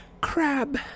Crab